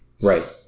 Right